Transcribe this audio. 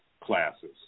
classes